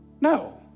No